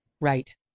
Right